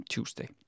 Tuesday